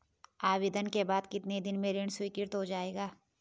आवेदन के बाद कितने दिन में ऋण स्वीकृत हो जाएगा?